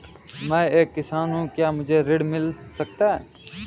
मैं एक किसान हूँ क्या मुझे ऋण मिल सकता है?